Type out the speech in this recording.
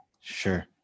Sure